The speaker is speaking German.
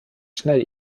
schnell